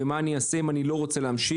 ומה אני אעשה אם אני לא רוצה להמשיך.